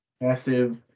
massive